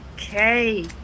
Okay